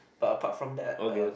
but apart from that uh